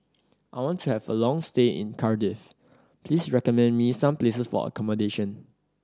I want to have a long stay in Cardiff please recommend me some places for accommodation